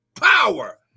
power